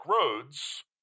roads